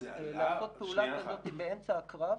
ולעשות פעולה כזאת באמצע הקרב,